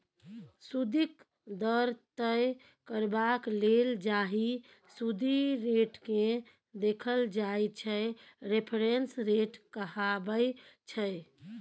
सुदिक दर तय करबाक लेल जाहि सुदि रेटकेँ देखल जाइ छै रेफरेंस रेट कहाबै छै